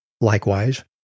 Likewise